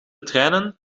trainen